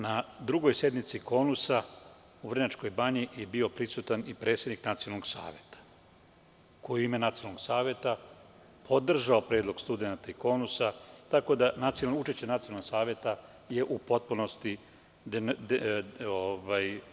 Na drugoj sednici KONUSA u Vrnjačkoj Banji je bio prisutan i predsednik Nacionalnog saveta, koji je u ime Nacionalnog saveta podržao predlog studenata i KONUSA, tako da je učešće Nacionalnog saveta u potpunosti ispunjeno.